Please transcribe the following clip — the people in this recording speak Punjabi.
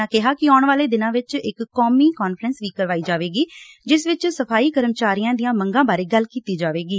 ਉਨ੍ਹਾਂ ਕਿਹਾ ਕਿ ਆਉਣ ਵਾਲੇ ਦਿਨਾਂ ਵਿੱਚ ਇਕ ਕੌਮੀ ਕਾਨਫਰੰਸ ਵੀ ਕਰਵਾਈ ਜਾਵੇਗੀ ਜਿਸ ਵਿੱਚ ਸਫ਼ਾਈ ਕਰਮਚਾਰੀਆਂ ਦੀਆਂ ਮੰਗਾਂ ਬਾਰੇ ਗੱਲ ਕੀਤੀ ਜਾਵੇਗੀ